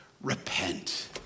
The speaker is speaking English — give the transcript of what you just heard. repent